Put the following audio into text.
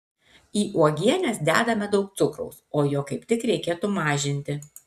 į uogienes dedame daug cukraus o jo kaip tik reikėtų mažinti